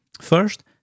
First